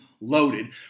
loaded